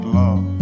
love